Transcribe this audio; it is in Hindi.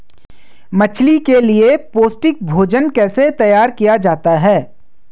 मछली के लिए पौष्टिक भोजन कैसे तैयार किया जाता है?